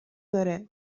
داره